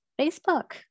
Facebook